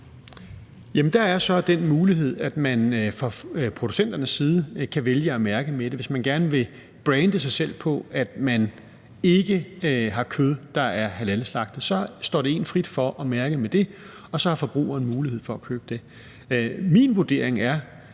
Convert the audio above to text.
der er så den mulighed, at man fra producenternes side kan vælge at mærke med det. Hvis man gerne vil brande sig selv på, at man ikke har kød, der er halalslagtet, så står det en frit for at mærke med det, og så har forbrugeren mulighed for at købe det. Min vurdering er,